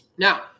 Now